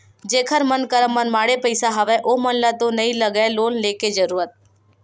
जेखर मन करा मनमाड़े पइसा हवय ओमन ल तो नइ लगय लोन लेके जरुरत